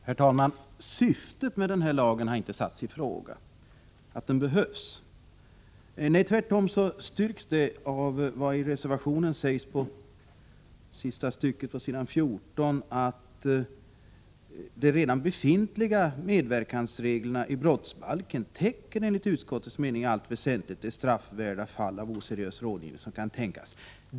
Herr talman! Syftet med den här lagen har inte satts i fråga. Att den behövs styrks tvärtom av vad som sägs i reservationen i sista stycket på s. 14: ”De redan befintliga medverkansreglerna i brottsbalken täcker enligt utskottets mening i allt väsentligt de straffvärda fall av oseriös rådgivning som kan tänkas.